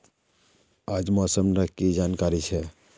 आज मौसम डा की जानकारी छै?